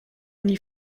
nie